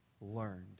Learned